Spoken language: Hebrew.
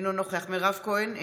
אינו נוכח מירב כהן,